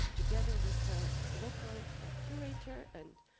together with ah local curator and